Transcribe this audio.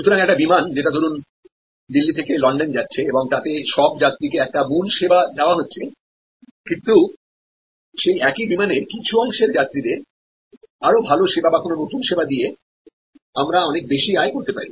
সুতরাং একটি বিমান যেটা দরুন দিল্লি থেকে লন্ডন যাচ্ছেএবং তাতে সব যাত্রীকে একটা মূল পরিষেবা দেওয়া হচ্ছে কিন্তু সেই একই বিমানেরকিছু অংশের যাত্রীদের আরো ভালো পরিষেবা বা কোন নতুন পরিষেবা দিয়ে আমরা অনেক বেশি আয় করতে পারি